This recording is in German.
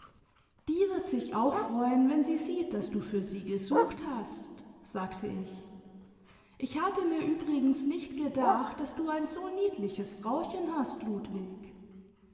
die wird sich auch freuen wenn sie sieht daß du fm sie gesucht hast sagte ich ich habe mir übrigens nicht gedacht daß du ein so niedliches frauchen hast ludwig